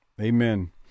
amen